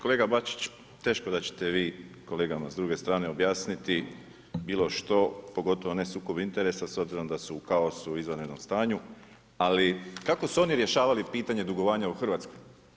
Kolega Bačić teško da ćete vi kolegama s druge strane objasniti bilo što, pogotovo ne sukob interesa, s obzirom da su u kaosu i izvanrednom stanju, ali kako su oni rješavali pitanje dugovanja u Hrvatskoj?